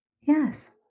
Yes